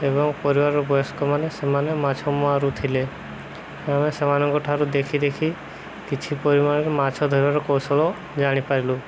ଏବଂ ପରିବାରର ବୟସ୍କମାନେ ସେମାନେ ମାଛ ମାରୁଥିଲେ ଆମେ ସେମାନଙ୍କଠାରୁ ଦେଖି ଦେଖି କିଛି ପରିମାଣରେ ମାଛ ଧରିବାର କୌଶଳ ଜାଣିପାରିଲୁ